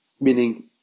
Meaning